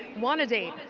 wanna date?